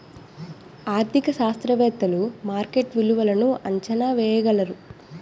ఆర్థిక శాస్త్రవేత్తలు మార్కెట్ విలువలను అంచనా వేయగలరు